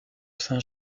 saint